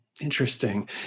Interesting